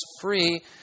free